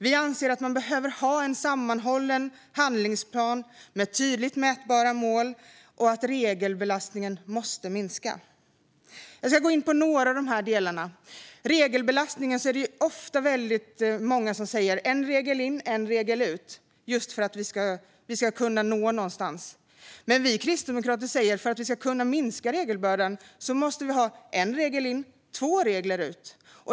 Vi anser att man behöver ha en sammanhållen handlingsplan med tydligt mätbara mål och att regelbelastningen måste minska. Jag ska gå in på några av dessa delar. När det gäller regelbelastningen är det många som ofta säger: En regel in och en regel ut. Detta för att vi ska kunna nå någonstans. Men Kristdemokraterna säger att för att vi ska kunna minska regelbördan måste vi ha en regel in och två regler ut.